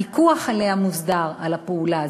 הפיקוח עליה מוסדר, על הפעולה הזאת,